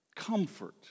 comfort